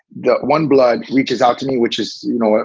the one blood reaches out to me, which is, you know,